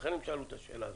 ולכן שאלו את השאלה הזאת.